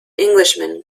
englishman